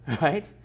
right